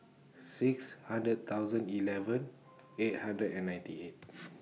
six hundred thousand eleven eight hundred and ninety eight